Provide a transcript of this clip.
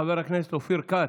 חבר הכנסת אופיר כץ,